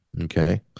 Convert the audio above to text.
okay